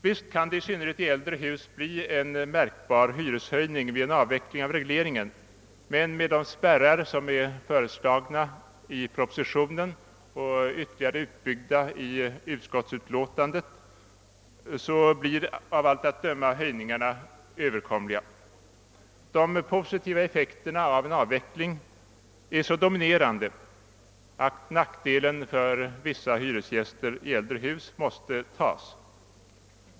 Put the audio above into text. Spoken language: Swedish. Visst kan det, i synnerhet i äldre hus, bli en märkbar hyreshöjning vid en avveckling av regleringen, men med de spärrar som är föreslagna i propositionen och ytterligare utbyggda i utskottsutlåtandet blir av allt att döma höjningarna överkomliga. De positiva effekterna av en avveckling är så dominerande att nackdelen för vissa hyresgäster i äldre hus måste tas.